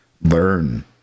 learn